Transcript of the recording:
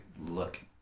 look